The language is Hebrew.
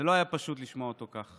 זה לא היה פשוט לשמוע אותו כך.